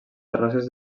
terrasses